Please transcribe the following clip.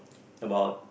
about